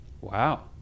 Wow